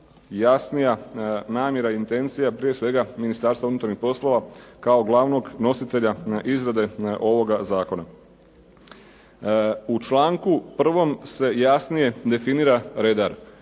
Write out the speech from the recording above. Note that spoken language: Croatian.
jasnija namjera, intencija, prije svega Ministarstva unutarnjih poslova kao glavnog nositelja na izradi ovoga zakona. U članku 1. se jasnije definira redar.